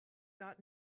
got